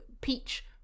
peach